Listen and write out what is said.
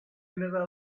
nella